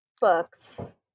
Books